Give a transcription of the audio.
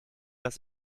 dass